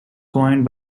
coined